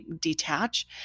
detach